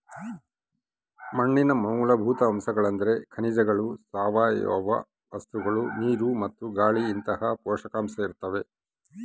ಮಣ್ಣಿನ ಮೂಲಭೂತ ಅಂಶಗಳೆಂದ್ರೆ ಖನಿಜಗಳು ಸಾವಯವ ವಸ್ತುಗಳು ನೀರು ಮತ್ತು ಗಾಳಿಇಂತಹ ಪೋಷಕಾಂಶ ಇರ್ತಾವ